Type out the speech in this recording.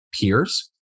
peers